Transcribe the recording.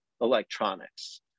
electronics